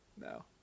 No